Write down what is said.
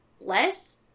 less